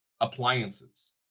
appliances